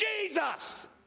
Jesus